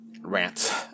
rant